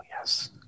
yes